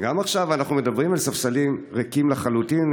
וגם עכשיו אנחנו מדברים אל ספסלים ריקים לחלוטין.